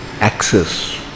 access